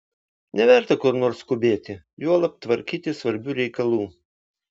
neverta kur nors skubėti juolab tvarkyti svarbių reikalų